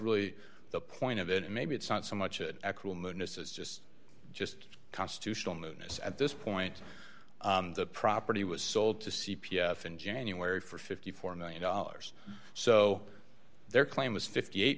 really the point of it maybe it's not so much it was just just constitutional newness at this point the property was sold to c p s in january for fifty four million dollars so their claim was fifty eight